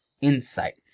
Insight